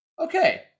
okay